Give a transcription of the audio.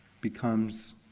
becomes